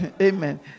Amen